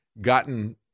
gotten –